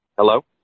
Hello